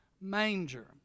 manger